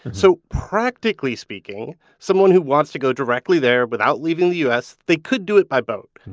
so practically speaking, someone who wants to go directly there without leaving the us, they could do it by boat.